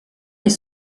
est